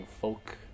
folk